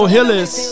Hillis